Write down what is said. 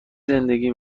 زندگی